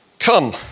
Come